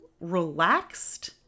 relaxed